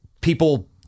people